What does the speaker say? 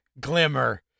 glimmer